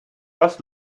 was